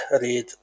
read